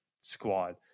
squad